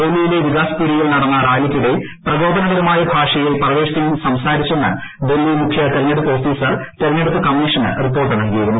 ഡൽഹിയിലെ വികാസ്പുരിയിൽ നടന്ന റാലിക്കിടെ പ്രകോപനപരമായ ഭാഷയിൽ പർവേഷ്സിംഗ് സംസാരിച്ചെന്ന് ഡൽഹി മുഖ്യ തിരഞ്ഞെടുപ്പ് ഓഫീസർ തിരഞ്ഞെടുപ്പ് കമ്മീഷന് റിപ്പോർട്ട് നൽകിയിരുന്നു